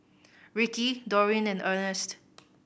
Ricky Dorine and Earnest